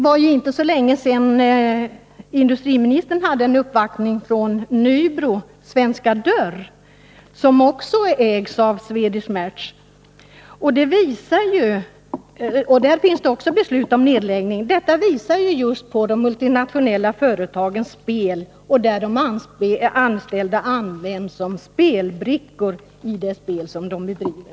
För inte så länge sedan hade industriministern en uppvaktning från Svenska Dörr i Nybro, som ägs av Swedish Match. Där fanns också beslut om nedläggning. Detta visar de multinationella företagens spel, där de anställda behandlas som brickor i det spelet.